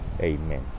Amen